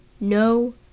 No